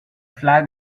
flag